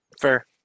Fair